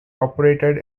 operated